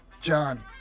John